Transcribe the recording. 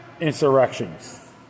insurrections